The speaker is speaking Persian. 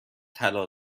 طلا